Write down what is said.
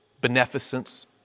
beneficence